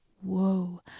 whoa